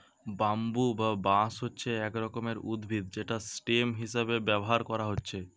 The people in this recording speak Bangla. ব্যাম্বু বা বাঁশ হচ্ছে এক রকমের উদ্ভিদ যেটা স্টেম হিসাবে ব্যাভার কোরা হচ্ছে